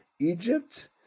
Egypt